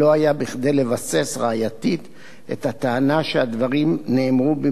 ראייתית את הטענה שהדברים נאמרו במדויק על-ידי הרב,